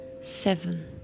Seven